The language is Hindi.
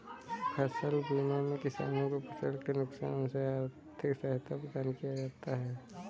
फसल बीमा में किसानों को फसल के नुकसान में आर्थिक सहायता प्रदान किया जाता है